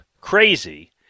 crazy